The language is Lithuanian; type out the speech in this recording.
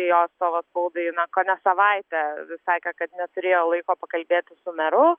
jo savo spaudai na kone savaitę sakė kad neturėjo laiko pakalbėti su meru